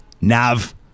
Nav